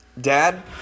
Dad